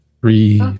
Three